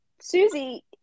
Susie